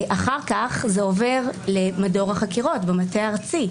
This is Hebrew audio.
אחר כך זה עובר למדור החקירות במטה הארצי,